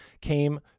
came